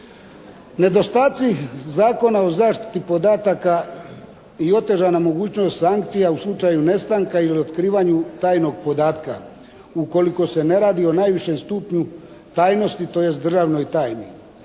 Nedostaci Zakona o zaštiti podataka i otežana mogućnost sankcija u slučaju nestanka ili otkrivanju tajnog podatka, ukoliko se ne radi o najvišem stupnju tajnosti, tj. državnoj tajni.